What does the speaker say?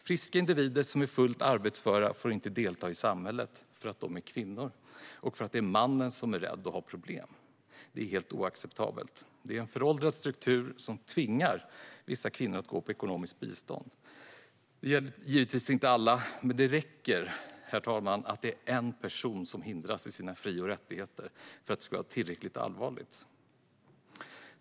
Friska individer som är fullt arbetsföra får inte delta i samhället för att de är kvinnor och för att det är mannen som är rädd och har problem. Det är helt oacceptabelt. Det är en föråldrad struktur som tvingar kvinnor att gå på ekonomiskt bistånd. Det gäller givetvis inte alla, men det räcker med att det är en person som hindras i sina fri och rättigheter för att det ska vara tillräckligt allvarligt.